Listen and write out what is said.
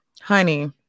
honey